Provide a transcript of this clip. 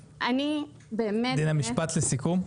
דינה משפט לסיכום.